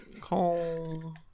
Call